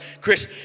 Chris